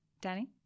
Danny